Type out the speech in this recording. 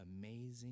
amazing